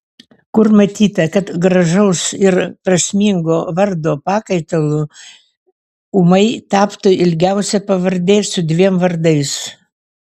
kur matyta kad gražaus ir prasmingo vardo pakaitalu ūmai taptų ilgiausia pavardė su dviem vardais